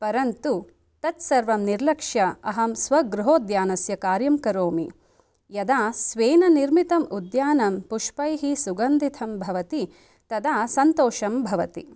परन्तु तत् सर्वं निर्लक्ष्य अहं स्वगृहोद्यानस्य कार्यं करोमि यदा स्वेन निर्मितम् उद्यानं पुष्पैः सुगन्धितं भवति तदा सन्तोषं भवति